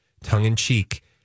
Tongue-in-cheek